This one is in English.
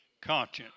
conscience